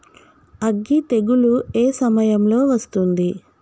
అగ్గి తెగులు ఏ సమయం లో వస్తుంది?